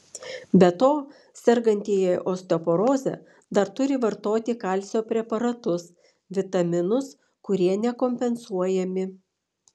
be to sergantieji osteoporoze dar turi vartoti kalcio preparatus vitaminus kurie nekompensuojami